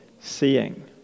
seeing